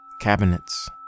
cabinets